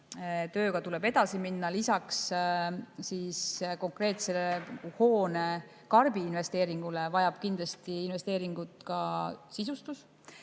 tööga tuleb edasi minna. Lisaks konkreetsele hoone karbi investeeringule vajab kindlasti investeeringut ka sisustus